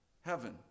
Heaven